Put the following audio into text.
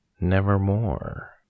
Nevermore